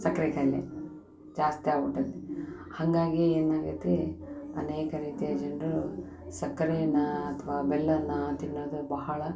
ಸಕ್ಕರೆ ಖಾಯಿಲೆ ಜಾಸ್ತಿ ಆಗ್ಬಿಟೈತ್ ಹಾಗಾಗಿ ಏನಾಗೈತಿ ಅನೇಕ ರೀತಿಯ ಜನರು ಸಕ್ಕರೇನ ಅಥವಾ ಬೆಲ್ಲಾನ ತಿನ್ನೋದು ಬಹಳ